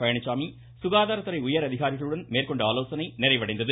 பழனிச்சாமி சுகாதாரத்துறை உயர் அதிகாரிகளுடன் மேற்கொண்ட ஆலோசனை நிறைவடைந்தது